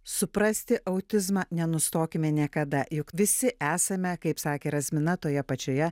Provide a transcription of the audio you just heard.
suprasti autizmą nenustokime niekada juk visi esame kaip sakė rasmina toje pačioje